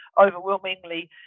overwhelmingly